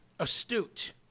astute